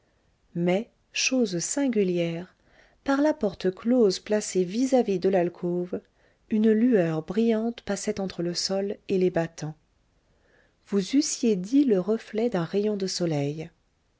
mais chose singulière par la porte close placée vis-à-vis de l'alcôve une lueur brillante passait entre le sol et les battants vous eussiez dit le reflet d'un rayon de soleil